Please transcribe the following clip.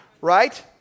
right